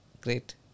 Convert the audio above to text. Great